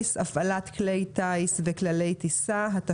(הפעלת כלי טיס וכללי טיסה) (תיקון מס...),